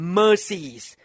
mercies